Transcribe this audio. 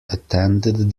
attended